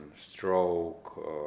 stroke